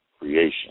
creation